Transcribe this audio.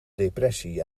depressie